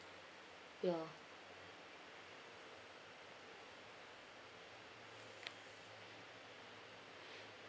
ya